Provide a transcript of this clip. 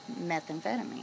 methamphetamine